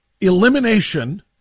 elimination